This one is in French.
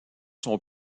sont